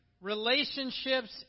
relationships